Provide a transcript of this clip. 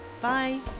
bye